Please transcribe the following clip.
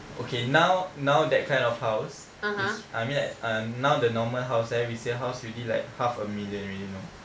okay now now that kind of house is I mean like um now the normal house eh resale house already like half a million already you know